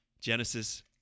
genesis